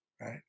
right